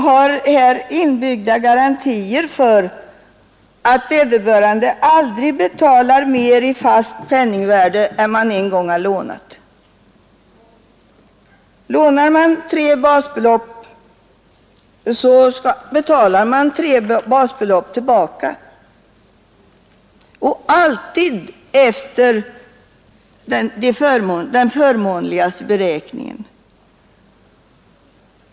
Här finns inbyggda garantier för att vederbörande aldrig betalar mer i fast penningvärde än vad han en gång har lånat. Lånar man tre basbelopp så betalar man tre basbelopp tillbaka, och alltid efter den förmånligaste beräkningen.